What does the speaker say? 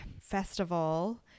festival